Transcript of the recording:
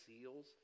seals